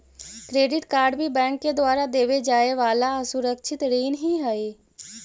credit card भी bank के द्वारा देवे जाए वाला असुरक्षित ऋण ही हइ